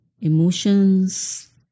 Emotions